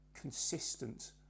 consistent